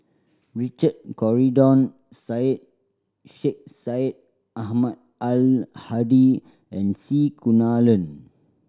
Richard Corridon Syed Sheikh Syed Ahmad Al Hadi and C Kunalan